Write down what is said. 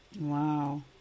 Wow